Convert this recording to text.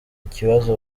ikibazo